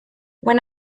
when